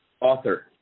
author